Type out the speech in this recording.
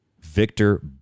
Victor